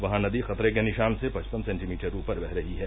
वहां नदी खतरे के निशान से पचपन सेंटीमीटर ऊपर बह रही है